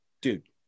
dude